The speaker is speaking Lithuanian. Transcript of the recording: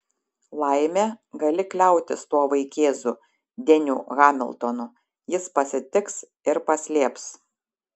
laimė gali kliautis tuo vaikėzu deniu hamiltonu jis pasitiks ir paslėps